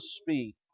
speak